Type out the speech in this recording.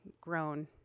grown